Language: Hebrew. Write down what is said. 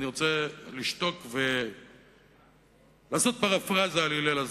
אני רוצה לשתוק ולעשות פרפראזה על הלל הזקן,